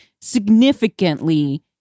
significantly